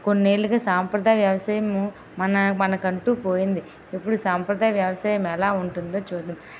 కొన్నేళ్లుగా సాంప్రదాయ వ్యవసాయము మన మనకంటూ పోయింది ఇప్పుడు సాంప్రదాయ వ్యవసాయం ఎలా ఉంటుందో చూద్దాం